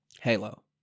halo